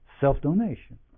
self-donation